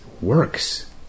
works